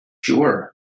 Sure